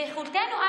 ביכולתנו,